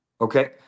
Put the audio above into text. Okay